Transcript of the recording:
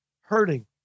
hurting